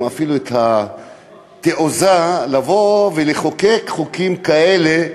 אפילו התעוזה לבוא ולחוקק חוקים כאלה,